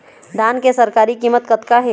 धान के सरकारी कीमत कतका हे?